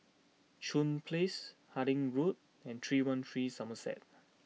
Chuan Place Harding Road and three one three Somerset